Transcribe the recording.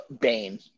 Bane